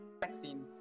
vaccine